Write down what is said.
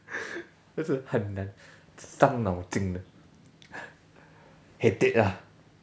很难伤脑筋啊 headache ah